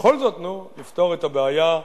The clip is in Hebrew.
בכל זאת, לפתור את הבעיה.